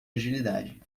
agilidade